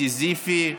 סיזיפי,